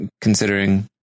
considering